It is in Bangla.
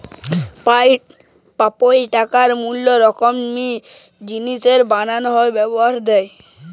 পাইপ, টায়র ম্যালা রকমের জিনিস বানানো হ্যয় রাবার দিয়ে